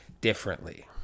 differently